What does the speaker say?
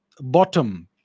bottom